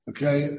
Okay